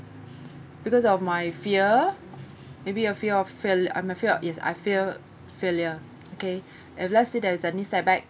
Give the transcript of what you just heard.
because of my fear maybe a few of fail I'm afraid of is I fear failure okay if let's say there is any setback